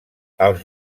els